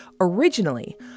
Originally